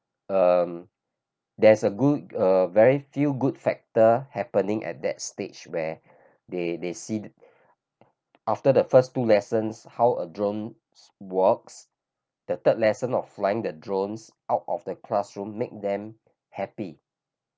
um there's a good uh very few good factor happening at that stage where they they see after the first two lessons how a drones works the third lesson of flying that drones out of the classroom makes them happy